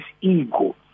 ego